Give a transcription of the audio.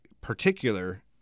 particular